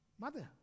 mother